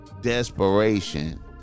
desperation